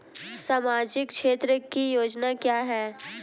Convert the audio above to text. सामाजिक क्षेत्र की योजना क्या है?